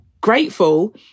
grateful